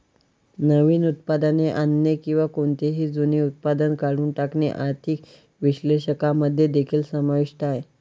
नवीन उत्पादने आणणे किंवा कोणतेही जुने उत्पादन काढून टाकणे आर्थिक विश्लेषकांमध्ये देखील समाविष्ट आहे